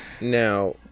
Now